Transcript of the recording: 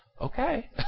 Okay